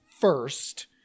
first